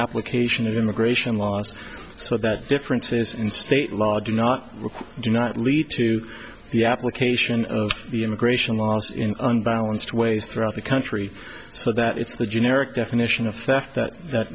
application of immigration laws so that differences in state law do not do not lead to the application of the immigration laws in unbalanced ways throughout the country so that it's the generic definition of th